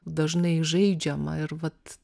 dažnai žaidžiama ir vat